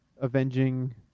avenging